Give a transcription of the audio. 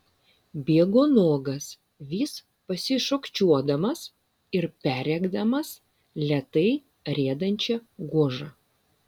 bėgo nuogas vis pasišokčiodamas ir perrėkdamas lėtai riedančią gožą